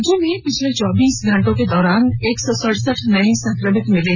राज्य में पिछले चौबीस घंटे के दौरान एक सौ सड़सठ नए संक्रमित मिले